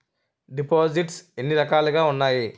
దిపోసిస్ట్స్ ఎన్ని రకాలుగా ఉన్నాయి?